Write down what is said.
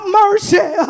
mercy